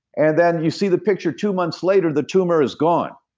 and then, you see the picture two months later, the tumor is gone.